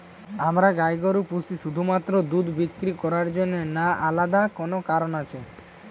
আমরা গাই গরু পুষি শুধুমাত্র দুধ বিক্রি করার জন্য না আলাদা কোনো কারণ আছে?